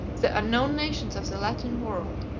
the unknown nations of the latin world,